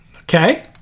Okay